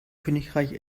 königreich